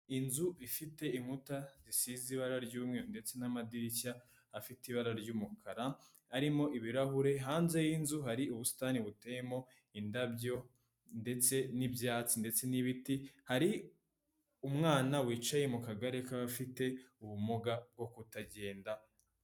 Inzu ifite inkuta zisize ibara ry'umweru ndetse n'amadirishya afite ibara ry'umukara, arimo ibirahure, hanze y'inzu hari ubusitani buteyemo indabyo ndetse n'ibyatsi ndetse n'ibiti, hari umwana wicaye mu kagare k'ababafite ubumuga bwo kutagenda.